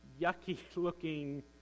yucky-looking